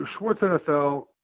SchwartzNFL